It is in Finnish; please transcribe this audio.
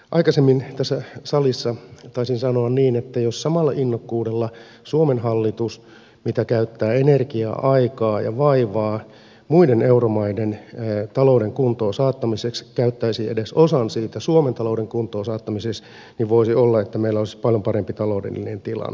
aikaisemmin tässä salissa taisin sanoa niin että jos suomen hallitus käyttäisi siitä innokkuudesta mitä se käyttää energiaa aikaa ja vaivaa muiden euromaiden talouden kuntoon saattamiseksi edes osan suomen talouden kuntoon saattamiseksi niin voisi olla että meillä olisi paljon parempi taloudellinen tilanne tällä hetkellä